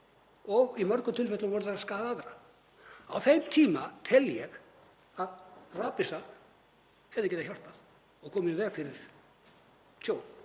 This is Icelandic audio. og í mörgum tilfellum voru þeir að skaða aðra. Á þeim tíma tel ég að rafbyssur hefðu getað hjálpað og komið í veg fyrir tjón